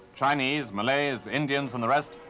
chinese, malays, indians, and the rest.